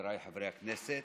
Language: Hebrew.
חבריי חברי הכנסת,